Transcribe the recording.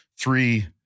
three